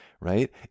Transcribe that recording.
right